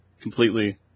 completely